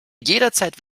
jederzeit